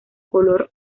color